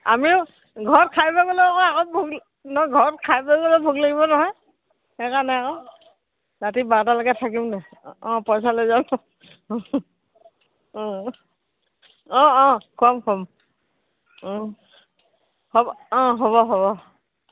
আমিও ঘৰত খাই বৈ গ'লে আকৌ আগত বহি নহয় ঘৰত খাই বৈ গ'লে ভোক লাগিব নহয় সেইকাৰণে আকৌ ৰাতি বাৰটালৈকে থাকিম নাই অঁ পইচা লৈ যাম অঁ অঁ খুৱাম খুৱাম হ'ব অঁ হ'ব হ'ব